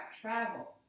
travel